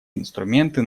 инструменты